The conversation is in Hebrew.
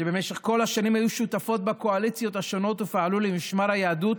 שבמשך כל השנים היו שותפות בקואליציות השונות ופעלו למשמר היהדות